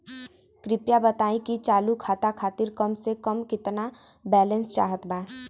कृपया बताई कि चालू खाता खातिर कम से कम केतना बैलैंस चाहत बा